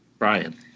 Brian